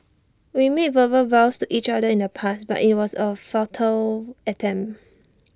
we made verbal vows to each other in the past but IT was A futile attempt